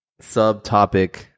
subtopic